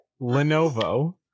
Lenovo